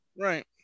Right